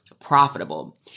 profitable